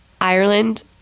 Ireland